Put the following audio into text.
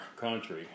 country